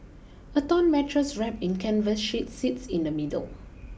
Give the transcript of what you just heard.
a torn mattress wrapped in canvas sheets sits in the middle